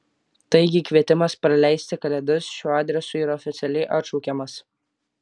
taigi kvietimas praleisti kalėdas šiuo adresu yra oficialiai atšaukiamas